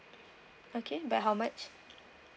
okay by how much